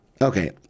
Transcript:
Okay